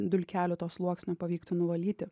dulkelių to sluoksnio pavyktų nuvalyti